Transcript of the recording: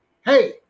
hey